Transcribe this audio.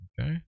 Okay